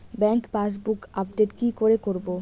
Bank passbook update কি করে করবো?